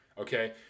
okay